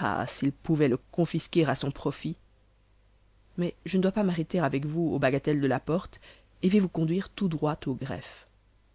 ah s'il pouvait le confisquer à son profit mais je ne dois pas m'arrêter avec vous aux bagatelles de la porte et vais vous conduire tout droit au greffe